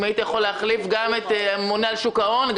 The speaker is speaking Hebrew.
אם היית יכול להחליף גם את הממונה על שוק ההון,